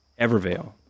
Evervale